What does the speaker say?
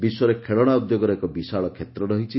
ବିଶ୍ୱରେ ଖେଳନା ଉଦ୍ୟୋଗର ଏକ ବିଶାଳ କ୍ଷେତ୍ର ରହିଛି